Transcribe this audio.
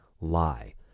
lie